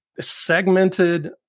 segmented